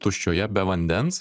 tuščioje be vandens